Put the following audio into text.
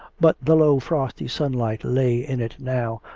but the low frosty sunlight lay in it now,